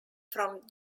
from